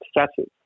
successes